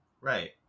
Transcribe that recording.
Right